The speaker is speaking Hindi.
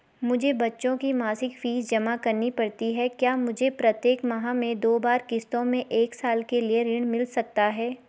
मुझे बच्चों की मासिक फीस जमा करनी पड़ती है क्या मुझे प्रत्येक माह में दो बार किश्तों में एक साल के लिए ऋण मिल सकता है?